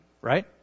right